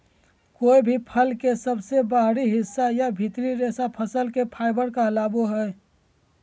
कोय भी फल के सबसे बाहरी हिस्सा या भीतरी रेशा फसल के फाइबर कहलावय हय